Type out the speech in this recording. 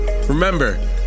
Remember